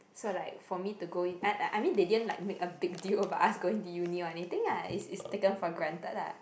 so like for me to go in I I mean they didn't like make a big deal about us going to uni or anything lah it's it's taken for granted lah